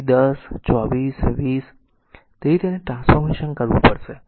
તેથી 10 24 20 છે તેથી તેને ટ્રાન્સફોર્મેશન કરવું પડશે